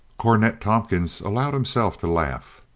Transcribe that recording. cornet tompkins allowed himself to laugh.